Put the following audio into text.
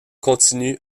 continue